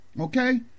okay